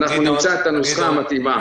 אנחנו נמצא את הנוסחה המתאימה.